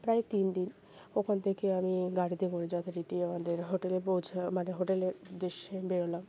প্রায় তিন দিন ওখান থেকে আমি গাড়িতে করে যথারীতি আমাদের হোটেলে পৌঁছাই মানে হোটেলের উদ্দেশ্যে বেরোলাম